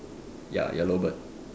ya yellow bird